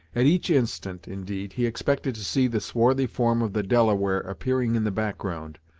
at each instant, indeed, he expected to see the swarthy form of the delaware appearing in the background,